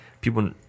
people